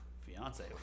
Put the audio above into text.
Fiance